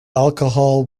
alcohol